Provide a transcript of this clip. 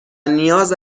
نیاز